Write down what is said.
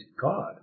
God